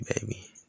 baby